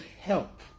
help